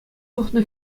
тухнӑ